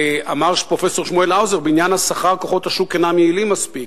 אמר פרופסור שמואל האוזר: בעניין השכר כוחות השוק אינם יעילים מספיק,